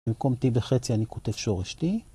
במקום t וחצי אני כותב שורש t.